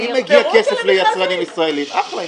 אם מגיע ליצרנים ישראלים, אחלה.